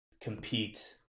compete